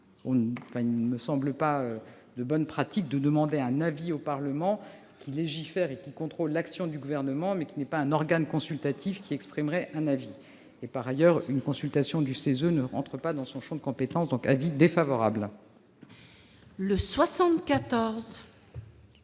Il ne me semble pas de bonne pratique de demander un avis au Parlement, qui légifère et contrôle l'action du Gouvernement, mais qui n'est pas un organe consultatif susceptible d'exprimer un avis. Par ailleurs, une consultation du CESE n'entre pas dans son champ de compétences. Donc, l'avis est défavorable.